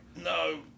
No